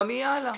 כך יהיה הלאה.